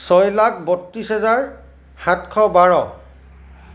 ছয় লাখ বত্ৰিছ হেজাৰ সাতশ বাৰ